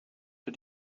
für